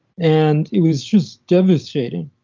and it was just devastating